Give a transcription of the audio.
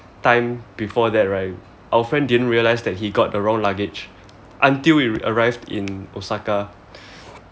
time before that right our friend didn't realise that he got the wrong luggage until we arrived in osaka